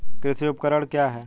कृषि उपकरण क्या है?